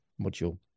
module